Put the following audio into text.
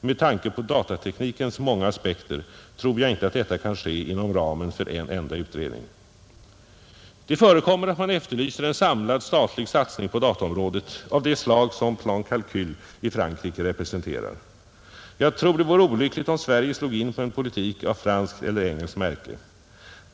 Med tanke på datateknikens många aspekter tror jag inte detta kan ske inom ramen för en enda utredning. Det förekommer att man efterlyser en samlad statlig satsning på dataområdet av det slag som Plan Calcul i Frankrike representerar. Jag tror det vore olyckligt om Sverige slog in på en politik av franskt eller engelskt märke.